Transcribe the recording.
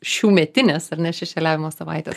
šiųmetinės ar ne šešėliavimo savaitės